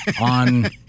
on